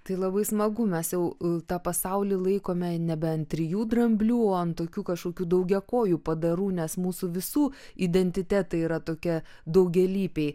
tai labai smagu mes jau tą pasaulį laikome nebe ant trijų dramblių o ant tokių kažkokių daugiakojų padarų nes mūsų visų identitetai yra tokie daugialypiai